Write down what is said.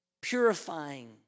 purifying